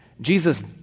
Jesus